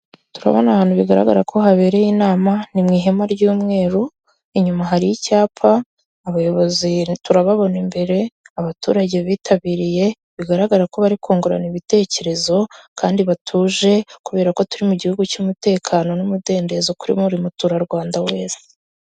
Turabona ahantu bigaragara ko habereye inama ni mu ihema ry'umweru, inyuma hari icyapa abayobozi turababona imbere, abaturage bitabiriye bigaragara ko bari kungurana ibitekerezo kandi batuje kubera ko turi mu gihugu cy'umutekano n'umudendezo kuri buri muturarwanda wese.